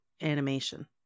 animation